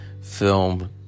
film